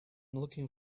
looking